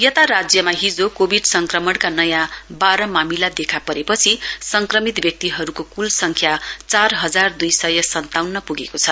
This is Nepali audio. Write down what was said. यता राज्यमा हिजो कोविड संक्रमणका नयाँ बाह्र मामिला देखा परेपछि संक्रमित व्यक्तिहरूको क्ल सङ्ख्या चार हजार द्ई सय सन्ताउन्न पुगेको छ